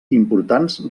importants